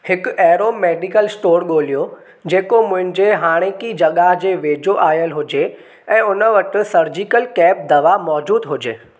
हिकु अहिड़ो medical store ॻोल्हियो जेको मुंहिंजी हाणोकी जॻहि जे वेझो आयलु हुजे ऐं उन वटि सर्जिकल कैप दवा मौजूदु हुजे